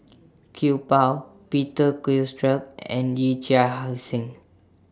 Iqbal Peter Gilchrist and Yee Chia Hsing